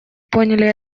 поняли